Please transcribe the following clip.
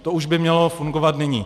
To už by mělo fungovat nyní.